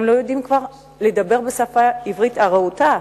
הם לא יודעים כבר לדבר עברית רהוטה.